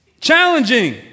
Challenging